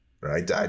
right